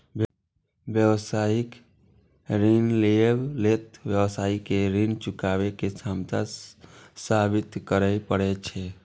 व्यावसायिक ऋण लेबय लेल व्यवसायी कें ऋण चुकाबै के क्षमता साबित करय पड़ै छै